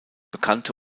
bekannte